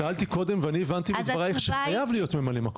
שאלתי קודם ואני הבנתי מדברייך שחייב להיות ממלא מקום.